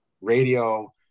radio